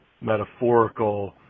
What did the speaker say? metaphorical